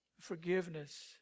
Forgiveness